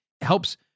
helps